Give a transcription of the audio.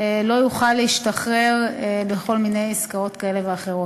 לא יוכל להשתחרר בכל מיני עסקאות כאלה ואחרות.